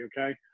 okay